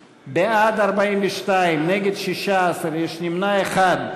בעד, 42, נגד, 16, ויש נמנע אחד.